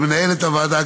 למנהלת הוועדה,